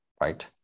right